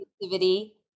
Creativity